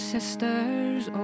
Sisters